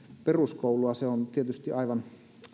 peruskoulua se on tietysti aivan